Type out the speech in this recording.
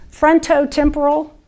frontotemporal